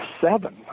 seven